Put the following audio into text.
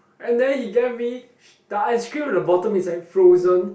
and then he gave me the ice cream at the bottom is like frozen